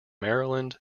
maryland